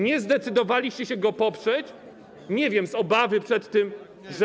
Nie zdecydowaliście się go poprzeć, nie wiem, z obawy przed tym, że.